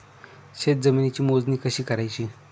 शेत जमिनीची मोजणी कशी करायची?